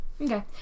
Okay